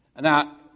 Now